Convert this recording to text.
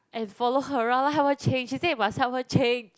and follow her around lah what change she say must help her change